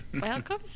welcome